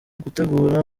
gutegura